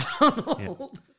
Donald